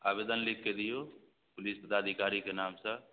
आवेदन लिखिके दिऔ पुलिस पदाधिकारीके नामसे